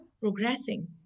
progressing